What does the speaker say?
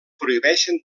prohibeixen